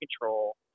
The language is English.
control